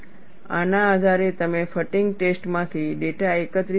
આના આધારે તમે ફટીગ ટેસ્ટ માંથી ડેટા એકત્રિત કર્યો છે